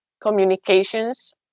communications